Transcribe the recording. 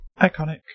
Iconic